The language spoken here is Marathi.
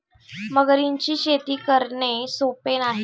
मगरींची शेती करणे सोपे नाही